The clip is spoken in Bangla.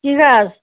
কী গাছ